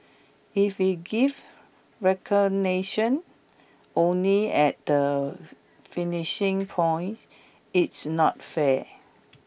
if we give recognition only at the finishing point it's not fair